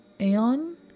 Aeon